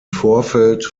vorfeld